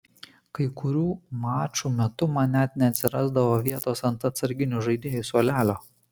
kai kurių mačų metu man net neatsirasdavo vietos ant atsarginių žaidėjų suolelio